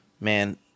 man